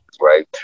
right